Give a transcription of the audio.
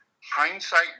hindsight